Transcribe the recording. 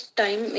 time